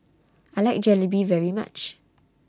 I like Jalebi very much